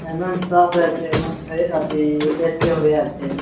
एकदम साफ होए के चाही अथी ए सी होए के चाही